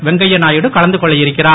வெங்கையா நாயுடு கலந்து கொள்ள இருக்கிறார்